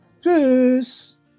Tschüss